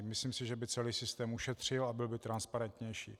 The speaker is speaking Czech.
Myslím si, že by celý systém ušetřil a byl by transparentnější.